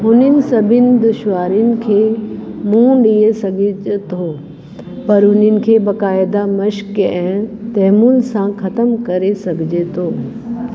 हुननि सभिनि दुश्वारिनि खे मुंहुं ॾिए सघिजे थो पर उन्हनि खे बाक़ाइदा मश्क ऐं तेंमुन सां ख़तम करे सघिजे थो